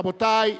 רבותי,